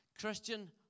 Christian